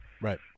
right